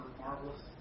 marvelous